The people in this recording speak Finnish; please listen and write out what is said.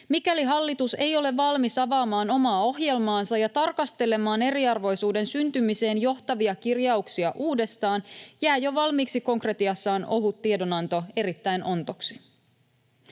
Mikäli hallitus ei ole valmis avaamaan omaa ohjelmaansa ja tarkastelemaan eriarvoisuuden syntymiseen johtavia kirjauksia uudestaan, jää jo valmiiksi konkretiassaan ohut tiedonanto erittäin ontoksi.